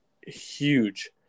huge